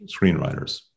screenwriters